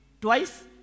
twice